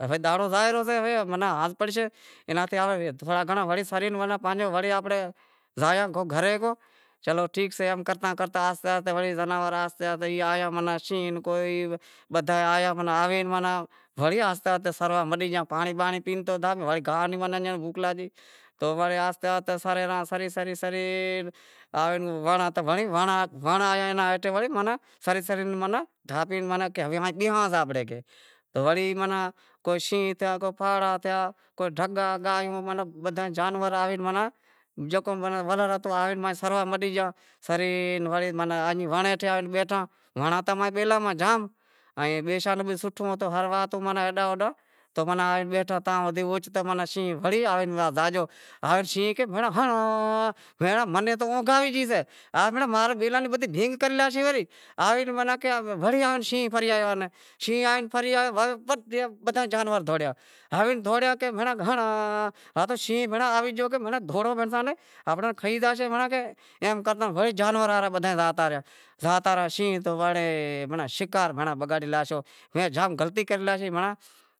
ہوے ٹانڑو زاوے رہیو، رات پڑشے ہوے سرے پسے کو زایا گھرے چلو ٹھیک سئے ام کرتا کرتا آہستے آہستے وڑے زناور ایئا آیا شینہں کوئی بدہا آیا مناں آوے ئی وڑی آہستے آہستے سروا مٹی گیا پانڑی پیدہو وڑی گاہ بوکھ لگی تو وڑی سرے رہاں، سرے سرے وری ونڑ ہیٹھاں سری سری دھاپی ماناں بیہاں تاں، وڑی کو شینہں تھیا، پھاڑا تھیا، ڈھگا، گائیں ماناں جانور جیکو آہی سروا مٹی گیا، سرے وڑے وونڑ ہیٹھا آئے بیٹھا ونڑ تو بیلاں ماہ جام تو بھی شوٹھو ہتو ماناں ہیڈاں ہوڈاں بیٹھا تاں اوچتو وڑی شینہں آوے جاگیو، شینہں کہے بھینڑاں ہنڑاں منے تو بھینڑاں اونگھ آوے گئی شے ہا تو ماں رے بیلاں ری بدہی بھینگ کرے لاشیں ری، آوے ناں وڑی آوے شینہں پھری آیو۔ شینہں پھری آویو تو بدھا ئی جانور دہوڑیا۔ ہنڑاں بھینڑاں شینہں آوی گیو دوڑو، بھنڑساں نیں آپاں نیں کھائی زاشے، ایم کرتا وڑے جانور بدہا ئی زاتا رہیا۔ زاتا رہیا، شینہں تو وڑے بھینڑاں شکار تو وڑے بگاڑی لاشو، میں جام گلتی کرے لاشی بھینڑاں۔